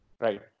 Right